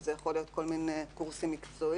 שזה יכול להיות כל מיני קורסים מקצועיים.